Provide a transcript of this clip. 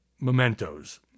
mementos